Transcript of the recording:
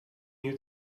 you